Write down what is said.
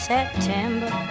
September